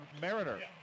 Mariner